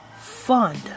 fund